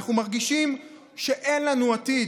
אנחנו מרגישים שאין לנו עתיד.